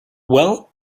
well